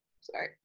Sorry